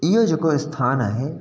इहो जेको स्थान आहे